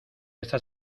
estas